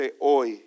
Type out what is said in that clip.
hoy